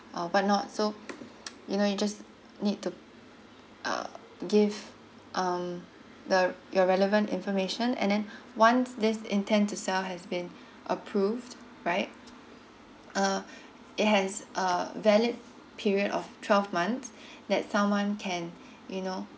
or what not so you know you just need to uh give um the your relevant information and then once this intend to sell has been approved right uh it has uh valid period of twelve month that someone can you know